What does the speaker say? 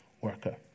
worker